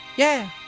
yeah!